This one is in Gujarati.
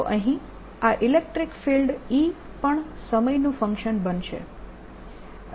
તો અહીં આ ઇલેક્ટ્રીક ફિલ્ડ E પણ સમયનું ફંક્શન બનશે